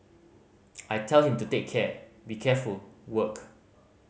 I tell him to take care be careful work